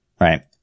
right